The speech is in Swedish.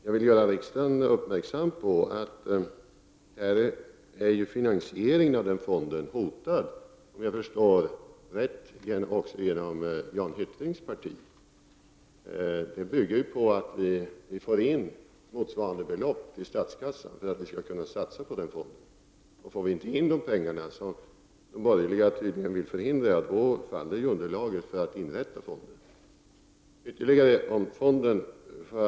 Jag vill göra riksdagen uppmärksam på att finansieringen av fonden är hotad, om jag har förstått saken rätt, av Jan Hyttrings parti. Inrättandet av fonden förutsätter att vi får in det belopp som behövs till statskassan. Får vi inte in pengarna — de borgerliga vill nämligen förhindra det — faller underlaget för att inrätta fonden.